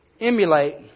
emulate